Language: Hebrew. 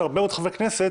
של הרבה מאוד חברי כנסת.